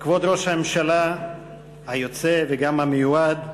כבוד ראש הממשלה היוצא וגם המיועד,